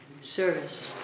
service